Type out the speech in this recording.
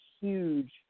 huge